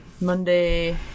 Monday